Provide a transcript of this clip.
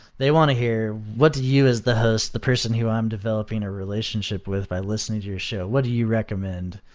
they want to hear what did you as the host, the person who i'm developing a relationship with by listening to your show, what do you recommend?